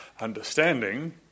understanding